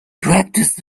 practiced